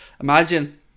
Imagine